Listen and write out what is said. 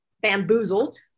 bamboozled